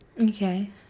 okay